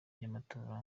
by’amatora